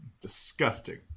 Disgusting